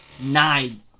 nine